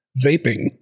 vaping